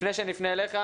לפני שנפנה אליך,